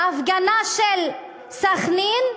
ההפגנה של סח'נין,